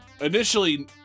Initially